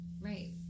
right